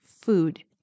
food